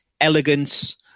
elegance